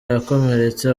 yakomeretse